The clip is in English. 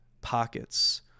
pockets